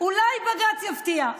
אולי בג"ץ יפתיע.